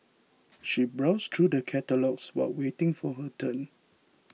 she browsed through the catalogues while waiting for her turn